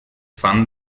fan